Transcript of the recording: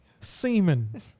semen